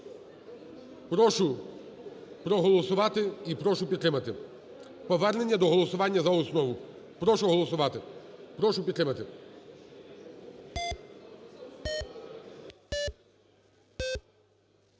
Прошу проголосувати і прошу підтримати, повернення до голосування за основу. Прошу голосувати. Прошу підтримати.